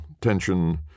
tension